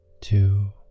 two